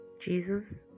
Jesus